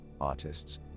artists